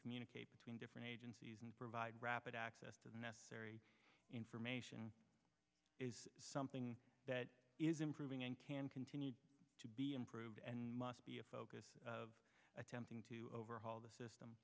communicate between different agencies and provide rapid access to the necessary information is something that is improving and can continue to be improved and must be a focus of attempting to overhaul the